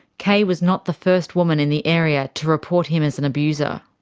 kay was not the first woman in the area to report him as an abuser.